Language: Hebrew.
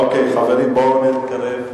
אוקיי, חברים, בואו נתקדם,